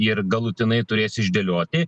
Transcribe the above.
ir galutinai turės išdėlioti